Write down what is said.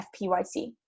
FPYC